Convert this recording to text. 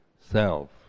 self